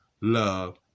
love